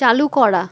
চালু করা